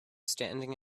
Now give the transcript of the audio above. standing